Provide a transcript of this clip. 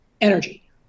energy